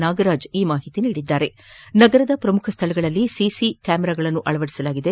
ನಾಗರಾಜ್ ಈ ಮಾಹಿತಿ ನೀಡಿದ್ದು ನಗರದ ಪ್ರಮುಖ ಸ್ಥಳಗಳಲ್ಲಿ ಸಿಸಿ ಕ್ವಾಮರಾಗಳನ್ನು ಅಳವಡಿಸಲಾಗಿದೆ